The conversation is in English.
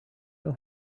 know